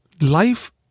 life